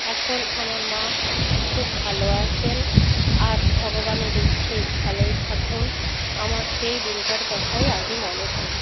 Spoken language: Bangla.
এখন আমার মা খুব ভালো আছেন আর ভগবানের ইচ্ছেয় ভালোই থাকুন আমার সেই দিনটার কথাই আগে মনে পড়ে